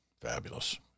fabulous